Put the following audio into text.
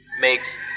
makes